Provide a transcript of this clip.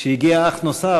כאשר הגיע אח נוסף,